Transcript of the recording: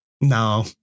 No